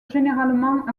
généralement